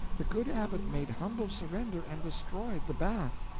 the good abbot made humble surrender and destroyed the bath.